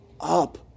up